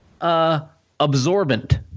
Absorbent